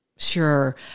Sure